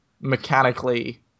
mechanically